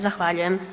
Zahvaljujem.